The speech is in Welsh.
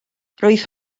roedd